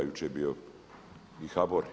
Jučer je bio i HBOR.